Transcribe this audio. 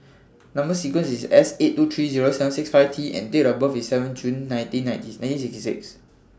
Number sequence IS S eight two three Zero seven six five T and Date of birth IS seventeenth June nineteen sixty six